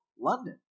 London